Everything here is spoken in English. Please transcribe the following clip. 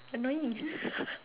annoying